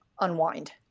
unwind